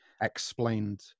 explained